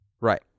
Right